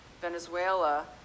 Venezuela